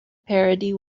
parody